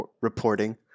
reporting